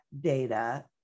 data